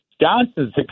Johnson's